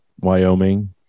wyoming